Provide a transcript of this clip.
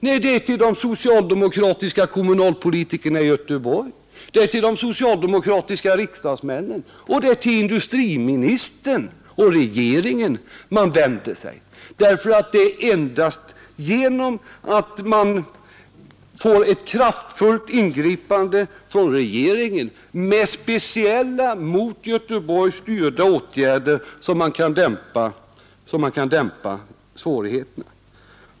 Nej, det är till de socialdemokratiska kommunalpolitikerna i Göteborg, det är till de socialdemokratiska riksdagsmännen och det är till industriministern och regeringen man vänder sig, därför att det är endast genom att man får ett kraftfullt ingripande från regeringen, med speciella mot Göteborg styrda åtgärder, som man kan dämpa svårigheterna.